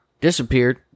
disappeared